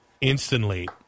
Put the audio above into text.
instantly